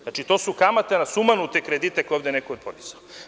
Znači, to su kamate na sumanute kredite koje je ovde neko podizao.